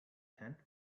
tenth